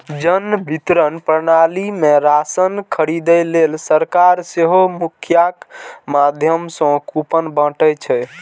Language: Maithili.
जन वितरण प्रणाली मे राशन खरीदै लेल सरकार सेहो मुखियाक माध्यम सं कूपन बांटै छै